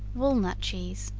walnut cheese.